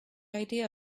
idea